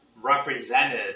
represented